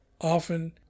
often